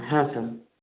হ্যাঁ স্যার